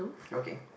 okay